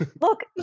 look